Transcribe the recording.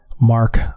Mark